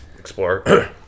Explorer